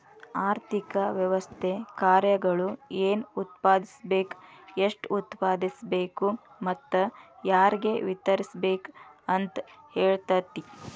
ಆರ್ಥಿಕ ವ್ಯವಸ್ಥೆ ಕಾರ್ಯಗಳು ಏನ್ ಉತ್ಪಾದಿಸ್ಬೇಕ್ ಎಷ್ಟು ಉತ್ಪಾದಿಸ್ಬೇಕು ಮತ್ತ ಯಾರ್ಗೆ ವಿತರಿಸ್ಬೇಕ್ ಅಂತ್ ಹೇಳ್ತತಿ